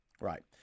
Right